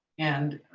and